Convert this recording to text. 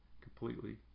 completely